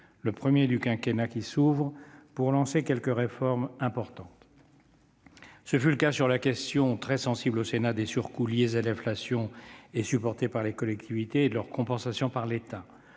le premier du quinquennat qui s'ouvre, pour lancer quelques réformes importantes. Ce fut le cas sur la question, très sensible au Sénat, des surcoûts liés à l'inflation et supportés par les collectivités et de leur compensation par l'État.